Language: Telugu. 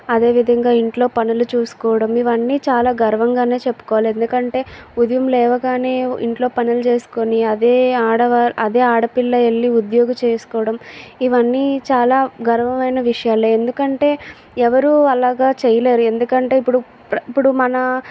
అదేవిధంగా ఇంట్లో పనులు చూసుకోవడం ఇవన్నీ చాలా గర్వంగానే చెప్పుకోవాలి ఎందుకంటే ఉదయం లేవగానే ఇంట్లో పనులు చేసుకుని అదే ఆడ వారి అదే ఆడపిల్ల వెళ్ళి ఉద్యోగం చేసుకోవడం ఇవన్నీ చాలా గర్వమైన విషయాలే ఎందుకంటే ఎవరూ అలాగా చేయలేరు ఎందుకంటే ఇప్పుడు ఇప్పుడు మన